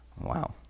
Wow